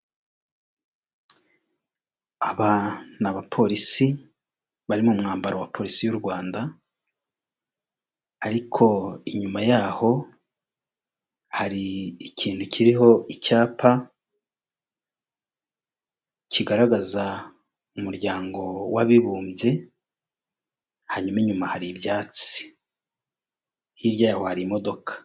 Aba ni abapolisi bari mu mwambaro wa polisi y'u Rwanda ariko inyuma yaho hari ikintu kiriho icyapa kigaragaza umuryango w'abibumbye, hanyuma inyuma hari ibyatsi, hirya yaho hari imodoka.